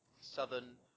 southern